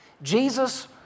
Jesus